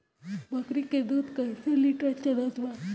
बकरी के दूध कइसे लिटर चलत बा?